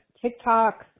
TikTok